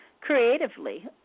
creatively